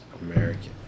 American